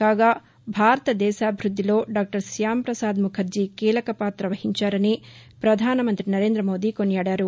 కాగా భారత దేశాభివృద్ధిలో డాక్టర్ శ్యాం పసాద్ ముఖర్జీ కీలక పాత వహించారని పధానమంతి నరేంద మోడీ కొనియాడారు